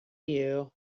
you